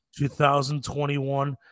2021